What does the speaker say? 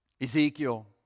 Ezekiel